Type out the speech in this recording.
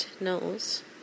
knows